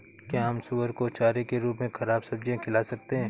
क्या हम सुअर को चारे के रूप में ख़राब सब्जियां खिला सकते हैं?